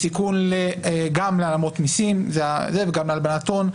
בסיכון להעלמות מיסים וגם להלבנת הון.